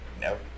Nope